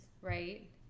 right